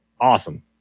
awesome